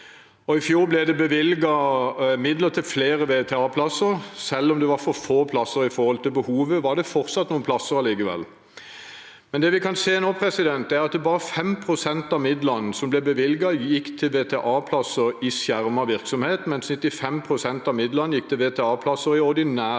I fjor ble det bevilget midler til flere VTA-plasser. Selv om det var for få plasser i forhold til behovet, var det noen plasser allikevel. Det vi kan se nå, er at bare 5 pst. av midlene som ble bevilget, gikk til VTA-plasser i skjermet virksomhet, mens 95 pst. av midlene gikk til VTA-plasser i ordinær bedrift.